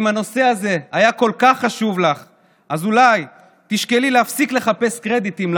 אם הנושא הזה היה כל כך חשוב לך אז אולי תשקלי להפסיק לחפש קרדיטים,